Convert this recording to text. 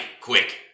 Quick